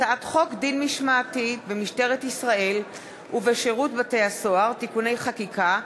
הצעת חוק דין משמעתי במשטרת ישראל ובשירות בתי-הסוהר (תיקוני חקיקה),